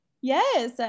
yes